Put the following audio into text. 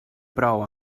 prou